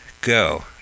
go